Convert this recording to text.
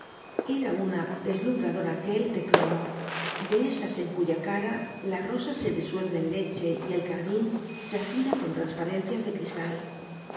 era una deslumbradora girl de c r o m o de esas en c u y a cara la rosa se disuelve en l e c h e y el carmín se afina c o n transparencias de cristal